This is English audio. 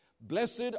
Blessed